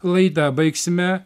laidą baigsime